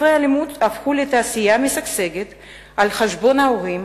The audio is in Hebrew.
ספרי הלימוד הפכו לתעשייה משגשגת על חשבון ההורים,